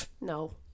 No